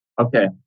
okay